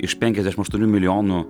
iš penkiasdešim aštuonių milijonų